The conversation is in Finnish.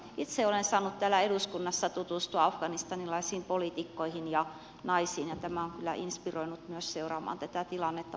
itse olen saanut täällä eduskunnassa tutustua afganistanilaisiin poliitikkoihin ja naisiin ja tämä on kyllä inspiroinut myös seuraamaan tätä tilannetta